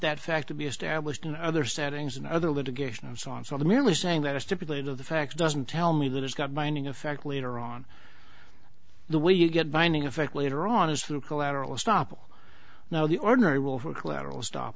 that fact to be established in other settings and other litigation and songs on the merely saying that i stipulate of the facts doesn't tell me that it's got binding effect later on the way you get binding effect later on is through collateral estoppel now the ordinary will for collateral estop